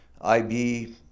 IB